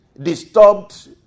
disturbed